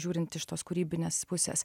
žiūrint iš tos kūrybinės pusės